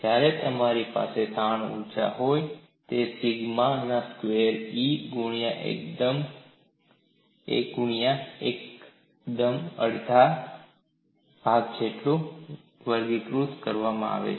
જ્યારે મારી પાસે તાણ ઊર્જા હોય છે તે સિગ્મા ના સ્ક્વેર્ડ ભાગ્યા E ગુણ્યા એકમ કદમાં અડધા ભાગ જેટલુ વર્ગીકૃત કરવામાં આવે છે